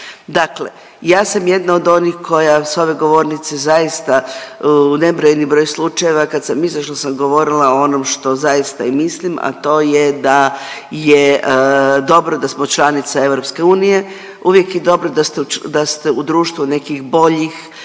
Dakle, ja sam jedna od onih koja s ove govornice zaista u nebrojeni broj slučajeva kad sam izašla sam govorila o onom što zaista i mislim, a to je da je dobro da smo članica EU, uvijek je dobro da ste, da ste u društvu nekih boljih